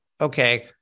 okay